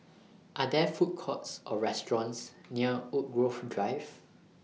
Are There Food Courts Or restaurants near Woodgrove Drive